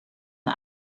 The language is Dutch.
een